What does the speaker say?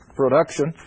production